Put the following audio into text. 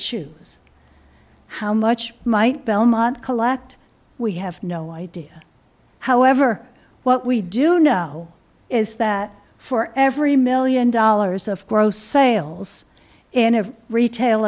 choose how much might belmont collect we have no idea however what we do know is that for every million dollars of gross sales in a retail